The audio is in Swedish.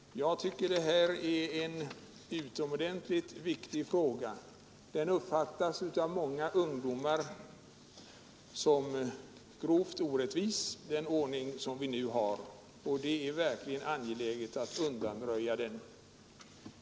Det här är en utomordentligt viktig fråga. Den ordning vi nu har uppfattas av många ungdomar som grovt orättvis, och det är verkligen angeläget att undanröja den.